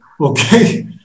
Okay